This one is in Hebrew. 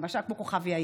למשל כוכב יאיר.